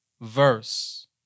verse